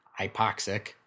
hypoxic